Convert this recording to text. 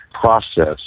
process